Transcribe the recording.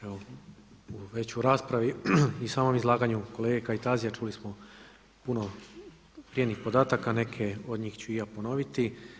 Evo već u raspravi i u samom izlaganju kolege Kajtazija čuli smo puno … podataka, neke od njih ću i ja ponoviti.